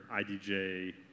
IDJ